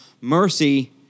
mercy